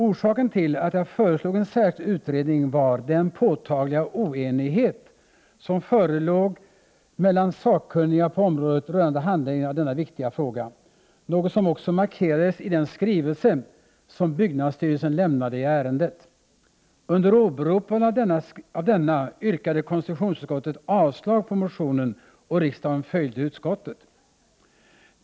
Orsaken till att jag föreslog en särskild utredning var den påtagliga oenighet som förelåg mellan sakkunniga på området rörande handläggningen av denna viktiga fråga, något som också markerades i den skrivelse som byggnadsstyrelsen lämnade i ärendet. Under åberopande av denna yrkade konstitutionsutskottet avslag på motionen och riksdagen följde utskottet.